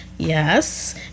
Yes